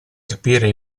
capire